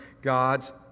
God's